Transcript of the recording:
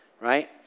Right